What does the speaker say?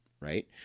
right